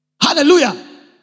Hallelujah